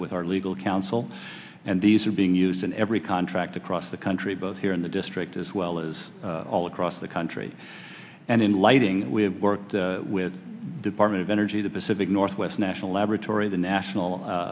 with our legal counsel and these are being used in every contract across the country both here in the district as well as all across the country and in lighting we have worked with department of energy the pacific northwest national laboratory the national